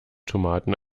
tomaten